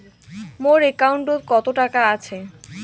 মোর একাউন্টত কত টাকা আছে?